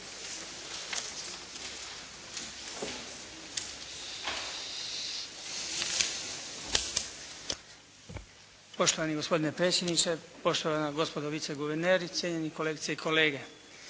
Poštovani gospodine predsjedniče, poštovana gospodo, viceguverner, cijenjeni kolegice i kolege.